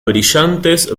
brillantes